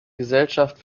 gesellschaft